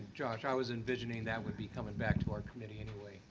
josh, i was envisioning that would be coming back to our committee anyway,